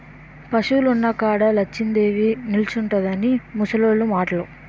పశువులున్న కాడ లచ్చిందేవి నిలుసుంటుందని ముసలోళ్లు మాటలు